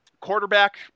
Quarterback